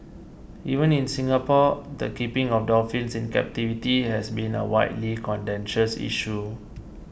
even in Singapore the keeping of dolphins in captivity has been a widely contentious issue